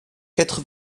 quatre